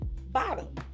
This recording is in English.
bottom